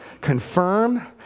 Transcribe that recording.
confirm